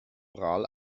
oral